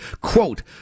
Quote